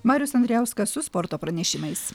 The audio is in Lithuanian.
marius andrijauskas su sporto pranešimais